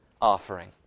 offering